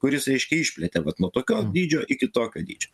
kuris aiškiai išplėtė vat nuo tokio dydžio iki tokio dydžio